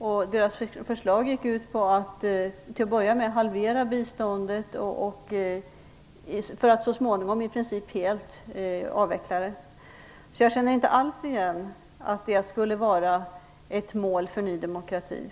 Nydemokraternas förslag gick ut på att halvera biståndet för att så småningom i princip helt avveckla det. Jag känner inte alls igen att 0,7 % skulle vara ett mål för Ny demokrati.